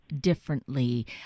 differently